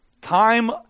Time